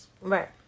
Right